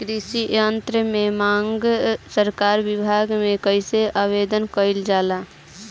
कृषि यत्र की मांग सरकरी विभाग में कइसे आवेदन कइल जाला?